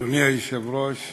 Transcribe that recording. אדוני היושב-ראש,